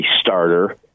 starter